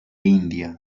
india